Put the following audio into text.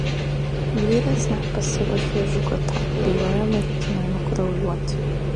vyras net pasiruošė žgutą bijojo mirtinai nukraujuoti